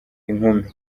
inkumi